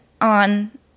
on